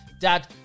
dad